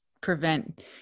prevent